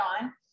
on